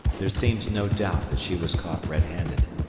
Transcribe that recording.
there seems no doubt that she was caught red-handed,